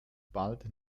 bald